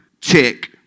check